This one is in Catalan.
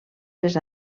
les